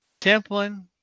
Templin